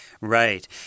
Right